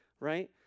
right